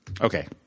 Okay